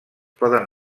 poden